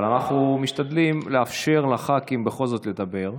אבל אנחנו משתדלים לאפשר לחברי הכנסת בכל זאת לדבר.